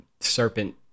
serpent